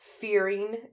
fearing